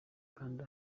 kanda